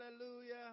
hallelujah